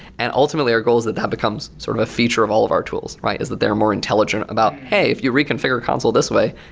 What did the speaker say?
and ultimately, our goal that that becomes sort of a feature of all of our tools, is that they're more intelligent about, hey, if you reconfigure a console this way,